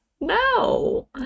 no